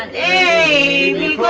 a